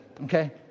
okay